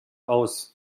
aus